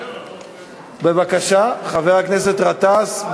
בבקשה, חבר הכנסת גטאס.